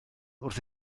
wrth